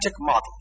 model